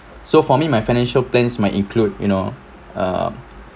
so for me my financial plans might include you know um